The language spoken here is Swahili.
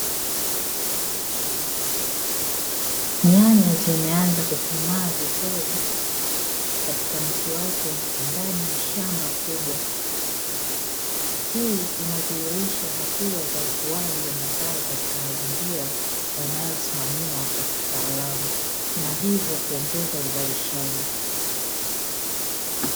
Nyanya zimeanza kukomaa vizuri katika mti wake, ndani ya shamba kubwa, hii inadhihirisha hatua za ukuaji wa mazao katika mazingira yanayosimamiwa kwa kitaalamu, na hivyo kuongeza uzalishaji.